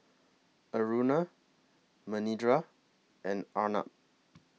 Aruna Manindra and Arnab